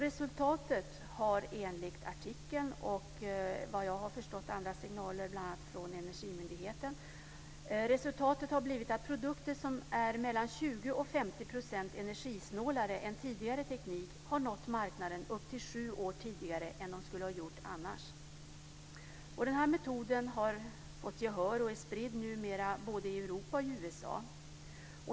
Resultatet har enligt artikeln blivit, och såvitt jag har förstått av andra signaler från bl.a. Energimyndigheten, att produkter som är 20-50 % energisnålare än tidigare teknik har nått marknaden upp till sju år tidigare än vad de annars skulle ha gjort. Den här metoden har fått gehör och är numera spridd både i Europa och i USA.